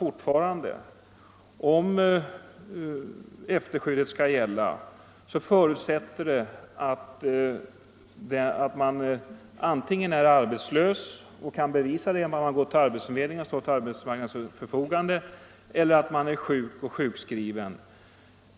Om efterskyddet skall gälla är förutsättningen antingen att man är arbetslös och kan bevisa det genom att man går till arbetsförmedlingen och står till arbetsmarknadens förfogande eller att man är sjukskriven.